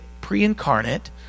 pre-incarnate